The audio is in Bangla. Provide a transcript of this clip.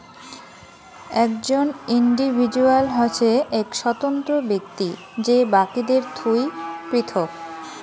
একজন ইন্ডিভিজুয়াল হসে এক স্বতন্ত্র ব্যক্তি যে বাকিদের থুই পৃথক